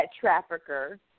trafficker